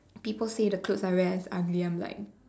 people say the clothes I wear is ugly